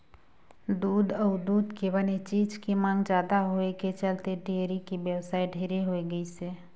दूद अउ दूद के बने चीज के मांग जादा होए के चलते डेयरी के बेवसाय ढेरे होय गइसे